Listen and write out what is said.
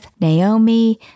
Naomi